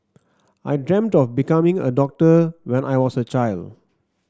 I dreamt of becoming a doctor when I was a child